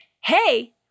Hey